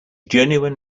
journeyman